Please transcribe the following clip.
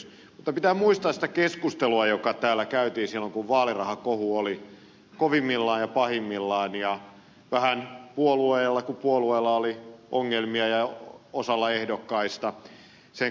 mutta pitää muistaa sitä keskustelua joka täällä käytiin silloin kun vaalirahakohu oli kovimmillaan ja pahimmillaan ja vähän puolueella kuin puolueella ja osalla ehdokkaista oli ongelmia sen kanssa